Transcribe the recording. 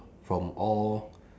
from all